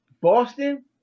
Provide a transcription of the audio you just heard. Boston